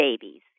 babies